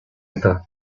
età